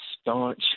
staunch